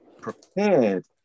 prepared